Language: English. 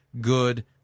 good